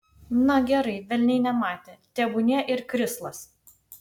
na gerai velniai nematė tebūnie ir krislas